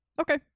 Okay